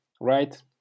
Right